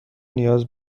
نیاز